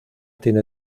tiene